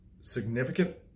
significant